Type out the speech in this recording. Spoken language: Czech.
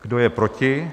Kdo je proti?